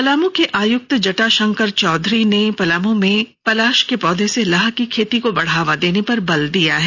पलामू आयुक्त जटाशंकर चौधरी ने पलामू में पलाश के पौधे से लाह की खेती को बढ़ावा देने पर बल दिया है